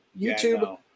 YouTube